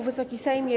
Wysoki Sejmie!